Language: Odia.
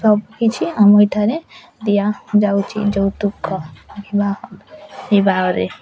ସବୁକିଛି ଆମ ଏଠାରେ ଦିଆଯାଉଛି ଯୌତୁକ ବିବାହ ବିବାହରେ